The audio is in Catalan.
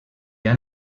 han